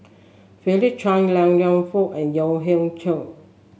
Philip Chia Liang Liang food and Yahya Cohen